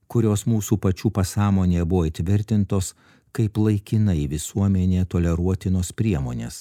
kurios mūsų pačių pasąmonėje buvo įtvirtintos kaip laikinai visuomenėje toleruotinos priemonės